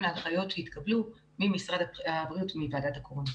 להנחיות שיתקבלו ממשרד הבריאות ומוועדת הקורונה.